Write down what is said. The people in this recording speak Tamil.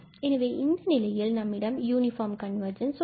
எனவே இந்த நிலையில் நம்மிடம் யூனிபார்ம் கன்வர்ஜென்ஸ் உள்ளது